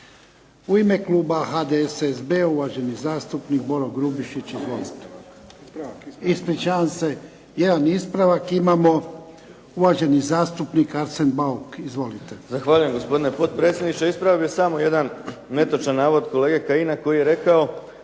U ime Kluba HDSSB uvaženi zastupnik Boro Grubišić. Izvolite. Ispričavam se, jedan ispravak imamo. Uvaženi zastupnik Arsen Bauk. **Bauk, Arsen (SDP)** Zahvaljujem gospodine potpredsjedniče, ispravio bih samo jedan netočan navod kolege Kajina koji je rekao